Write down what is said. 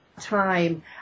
time